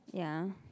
ya